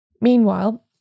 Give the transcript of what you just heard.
Meanwhile